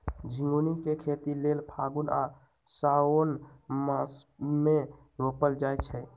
झिगुनी के खेती लेल फागुन आ साओंन मासमे रोपल जाइ छै